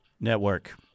Network